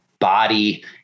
body